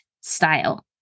style